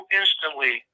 instantly